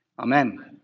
Amen